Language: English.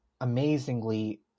amazingly